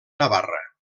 navarra